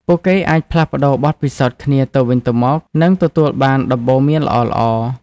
ពួកគេអាចផ្លាស់ប្តូរបទពិសោធន៍គ្នាទៅវិញទៅមក និងទទួលបានដំបូន្មានល្អៗ។